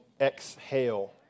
Exhale